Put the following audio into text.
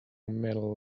medal